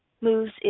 moves